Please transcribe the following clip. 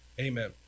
amen